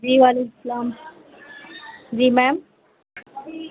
جی وعلیکم سلام جی میم